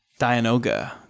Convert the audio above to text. Dianoga